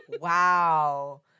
Wow